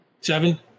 Seven